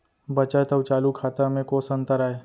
बचत अऊ चालू खाता में कोस अंतर आय?